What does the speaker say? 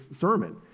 sermon